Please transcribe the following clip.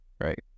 right